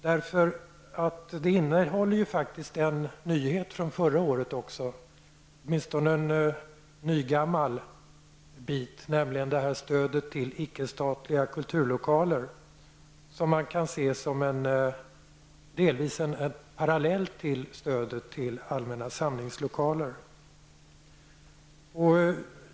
Betänkandet innehåller faktiskt en nyhet, åtminstone en nygammal bit, nämligen stödet till icke statliga lokallokaler, vilket delvis kan ses som en parallell till stödet till allmänna samlingslokaler.